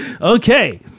Okay